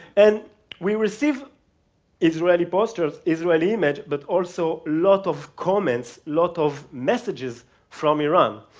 and we received israeli posters, israeli images, but also lots of comments, lots of messages from iran.